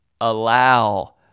allow